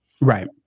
Right